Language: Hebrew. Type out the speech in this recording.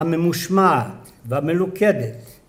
‫הממושמעת והמלוכדת.